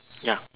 ya